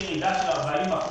ירידה של 40%